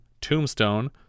tombstone